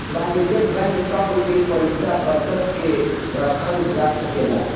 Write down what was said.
वाणिज्यिक बैंक सभ में पइसा बचा के रखल जा सकेला